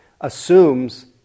assumes